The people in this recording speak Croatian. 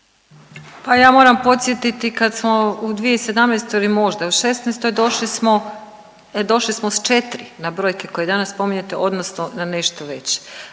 Pa ja moram podsjetiti kad smo u 2017. ili možda u '16. došli smo, došli smo s 4 na brojke koje danas spominjete odnosno na nešto veće.